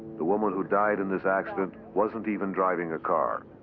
the woman who died in this accident wasn't even driving a car.